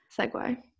segue